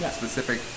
specific